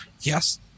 yes